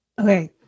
Okay